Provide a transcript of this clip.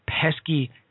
pesky